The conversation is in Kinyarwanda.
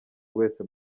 wese